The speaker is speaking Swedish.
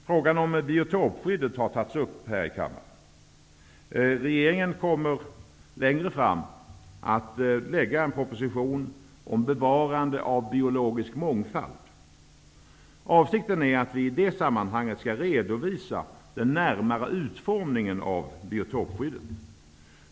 Frågan om biotopskyddet har tagits upp här i kammaren. Regeringen kommer framöver att lägga fram en proposition om bevarandet av biologisk mångfald. Avsikten är att vi i det sammanhanget skall redovisa den närmare utformningen av biotopskyddet.